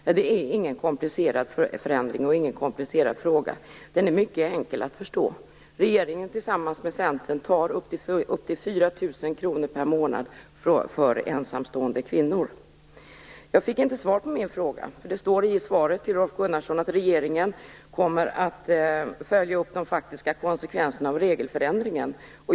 Men det är ingen komplicerad förändring. Det är ingen komplicerad fråga. Den är mycket enkel att förstå. Regeringen tar, tillsammans med Centern, upp till Jag fick inget svar på min fråga. Det står i svaret till Rolf Gunnarsson att regeringen kommer att följa upp de faktiska konsekvenserna av regelförändringen.